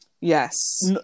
Yes